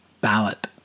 Ballot